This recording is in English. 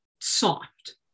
soft